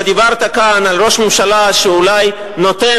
אתה דיברת כאן על ראש ממשלה שאולי נותן